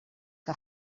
que